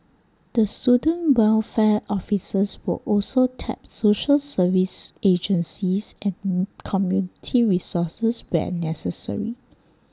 the student welfare officers will also tap social services agencies and community resources where necessary